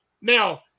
Now